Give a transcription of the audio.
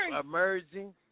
emerging